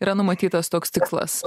yra numatytas toks tikslas